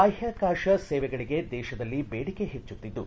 ಬಾಹ್ಕತಾಶ ಸೇವೆಗಳಿಗೆ ದೇಶದಲ್ಲಿ ದೇಡಿಕೆ ಹೆಚ್ಚುತ್ತಿದ್ದು